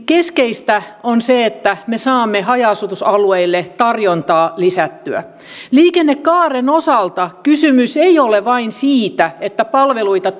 keskeistä on se että me saamme haja asutusalueille tarjontaa lisättyä liikennekaaren osalta kysymys ei ole vain siitä että palveluita